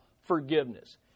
forgiveness